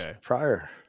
prior